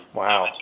wow